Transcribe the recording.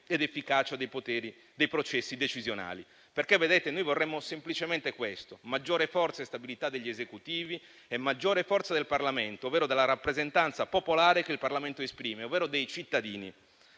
e di efficacia dei processi decisionali. Vedete, noi vorremmo semplicemente questo: maggiore forza e stabilità degli Esecutivi e maggiore forza del Parlamento, ovvero della rappresentanza popolare che il Parlamento esprime, ovvero dei cittadini.